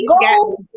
Go